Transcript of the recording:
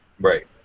Right